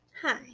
Hi